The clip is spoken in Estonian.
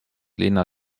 linna